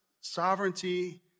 sovereignty